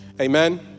Amen